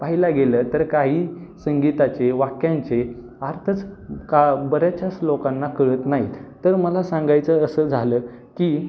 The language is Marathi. पाह्यला गेलं तर काही संगीताचे वाक्यांचे अर्थच का बऱ्याचशाच लोकांना कळत नाहीत तर मला सांगायचं असं झालं की